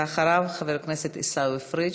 ואחריו, חבר הכנסת עיסאווי פריג'.